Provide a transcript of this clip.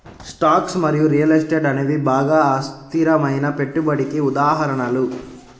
stocks మరియు real estate అనేవి బాగా అస్థిరమైన పెట్టుబడికి ఉదాహరణలు